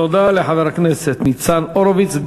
תודה לחבר הכנסת ניצן הורוביץ.